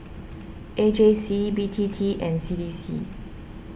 A J C B T T and C D C